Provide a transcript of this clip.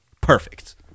perfect